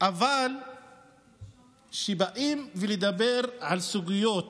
אבל כשבאים לדבר על סוגיות